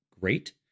great